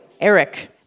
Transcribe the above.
Eric